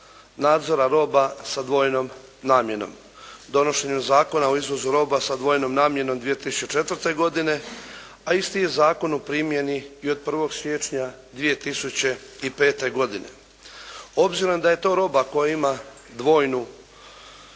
nadzora roba sa dvojnom namjenom donošenjem Zakona o izvozu roba sa dvojnom namjenom 2004. godine, a isti je zakon u primjeni bio od 1. siječnja 2005. godine. Obzirom da je to roba koja ima dvojnu namjenu,